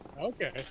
Okay